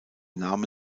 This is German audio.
name